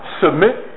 Submit